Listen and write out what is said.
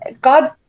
God